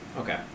Okay